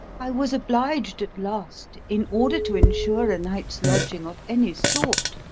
i was obliged at last, in order to ensure a night's lodging of any sort,